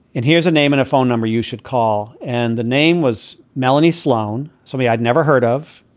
and here's a name and a phone number you should call. and the name was melanie sloan. so me i'd never heard of.